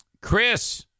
Chris